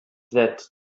that